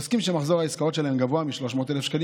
עוסקים שמחזור העסקאות שלהם גבוה מ-300,000 שקלים